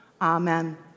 Amen